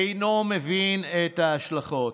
אינו מבין את ההשלכות.